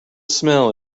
smell